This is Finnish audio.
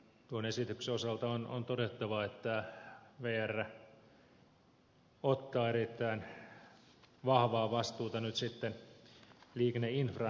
tuon esityksen osalta on todettava että vr ottaa erittäin vahvaa vastuuta liikenneinfran rahoittamisesta